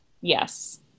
Yes